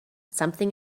something